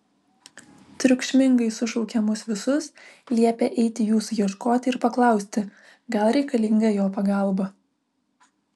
triukšmingai sušaukė mus visus liepė eiti jūsų ieškoti ir paklausti gal reikalinga jo pagalba